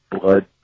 blood